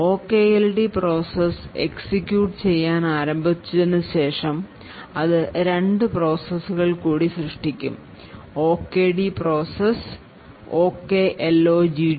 OKLD process execute ചെയ്യാൻ ആരംഭിച്ചതിന് ശേഷം ഇത് രണ്ട് പ്രോസസ്സുകൾ കൂടി സൃഷ്ടിക്കും OKD process OKLOGD process